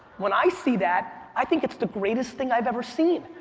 when i see that, i think it's the greatest thing i've ever seen.